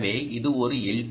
எனவே இது ஒரு எல்